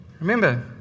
Remember